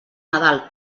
nadal